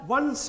one